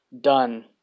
done